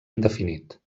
indefinit